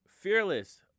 Fearless